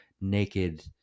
naked